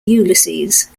ulysses